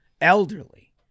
elderly